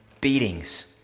beatings